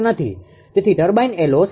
તેથી ટર્બાઇન એ lossless છે